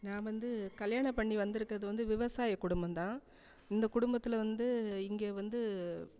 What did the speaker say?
நான் வந்து கல்யாணம் பண்ணி வந்திருக்கறது வந்து விவசாய குடும்பம்தான் இந்த குடும்பத்தில் வந்து இங்கே வந்து